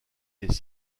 des